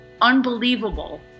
unbelievable